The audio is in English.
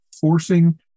forcing